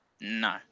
No